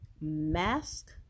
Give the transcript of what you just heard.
Mask